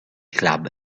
club